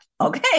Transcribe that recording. Okay